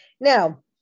Now